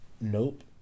Nope